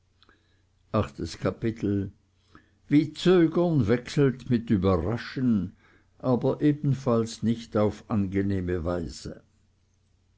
achtes kapitel wie zögern wechselt mit überraschen aber ebenfalls nicht auf angenehme weise